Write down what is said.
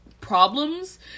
problems